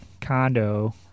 condo